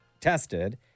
tested